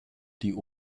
die